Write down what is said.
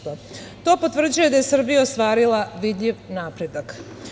To potvrđuje da je Srbija ostvarila vidljiv napredak.